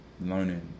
learning